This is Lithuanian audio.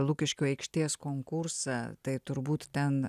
lukiškių aikštės konkursą tai turbūt ten